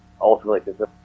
ultimately